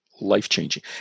life-changing